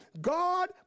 God